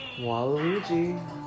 Waluigi